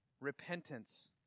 Repentance